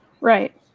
right